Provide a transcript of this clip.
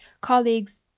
colleagues